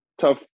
tough